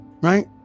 Right